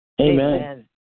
Amen